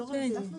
הוספנו